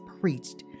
preached